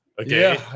okay